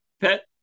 pet